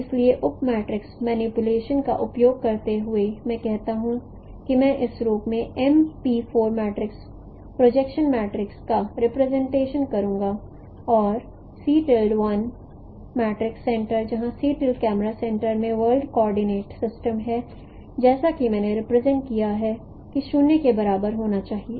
इसलिए उप matrix manipulation का उपयोग करते हुए मैं कहता हूं कि मैं इस रूप में प्रोजेक्शन मैट्रिक्स का रिप्रेजेंटेशन करूंगा और सेंटर जहां कैमरा सेंटर में वर्ल्ड कोऑर्डिनेट सिस्टम है और जैसा कि मैंने रिप्रेजेंट किया है कि 0 के बराबर होना चाहिए